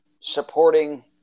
supporting